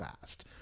fast